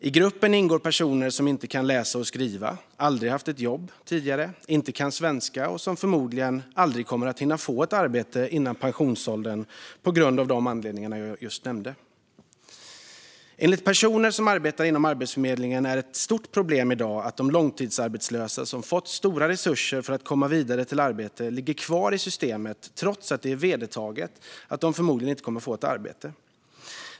I gruppen ingår personer som inte kan läsa och skriva, aldrig haft ett jobb tidigare, inte kan svenska och förmodligen aldrig kommer att hinna få ett arbete före pensionsåldern av de anledningar jag just nämnde. Enligt personer som arbetar inom Arbetsförmedlingen är det i dag ett stort problem att de långtidsarbetslösa som fått stora resurser för att komma vidare till arbete ligger kvar i systemet, trots att det är en vedertagen uppfattning att de förmodligen inte kommer att få arbete.